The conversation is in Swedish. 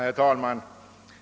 Herr talman!